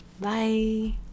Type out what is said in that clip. Bye